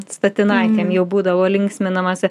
statinaitėm jau būdavo linksminamasi